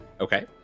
Okay